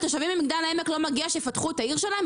לתושבים במגדל העמק לא מגיע שיפתחו את העיר שלהם?